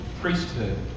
priesthood